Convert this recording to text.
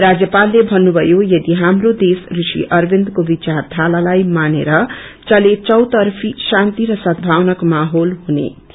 राज्यपालले भन्नुभयो यदि हाम्रो देश ऋषि अरविन्दको विचार धारालाई मानेर चले चौतर्फ शान्ति र सदमावनाको माहेल हुने थियो